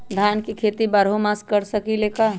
धान के खेती बारहों मास कर सकीले का?